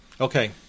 Okay